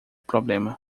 problema